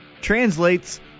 translates